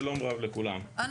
שלום רב לכולם, אני